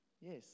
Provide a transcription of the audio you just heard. Yes